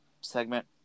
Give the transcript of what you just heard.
segment